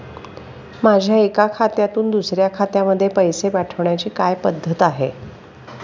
माझ्या एका खात्यातून दुसऱ्या खात्यामध्ये पैसे पाठवण्याची काय पद्धत आहे?